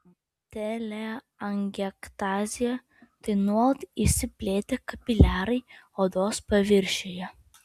teleangiektazija tai nuolat išsiplėtę kapiliarai odos paviršiuje